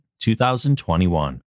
2021